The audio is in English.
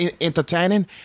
entertaining